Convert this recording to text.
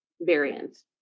variants